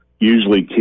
Usually